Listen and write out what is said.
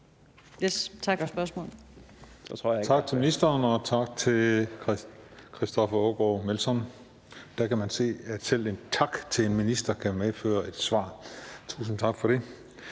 Tak for spørgsmålet.